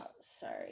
sorry